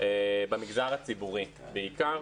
במגזר הציבורי בעיקר.